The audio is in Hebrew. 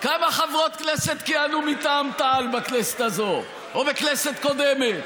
כמה חברות כנסת כיהנו מטעם תע"ל בכנסת הזו או בכנסת קודמת?